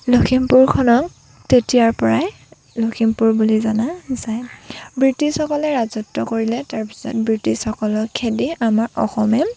লক্ষীমপুৰখনক তেতিয়াৰ পৰাই লক্ষীমপুৰ বুলি জনা যায় ব্ৰিটিচ সকলে ৰাজত্ব কৰিলে তাৰপাছত ব্ৰিটিছসকলক খেদি আমাৰ অসমে